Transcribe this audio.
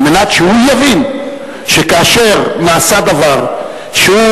כדי שהוא יבין שכאשר נעשה דבר שהוא,